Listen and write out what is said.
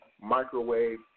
microwave